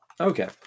Okay